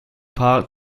paar